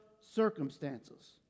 circumstances